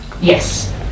Yes